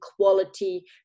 quality